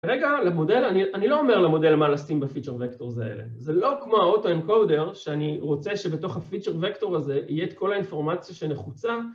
רגע, אני לא אומר למודל מה לשים בפיצ'ר וקטור הזה זה לא כמו האוטו אנקודר שאני רוצה שבתוך הפיצ'ר וקטור הזה יהיה את כל האינפורמציה שנחוצה